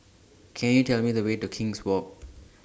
Can YOU Tell Me The Way to King's Walk